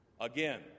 Again